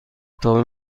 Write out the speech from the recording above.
تاپ